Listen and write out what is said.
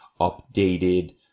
updated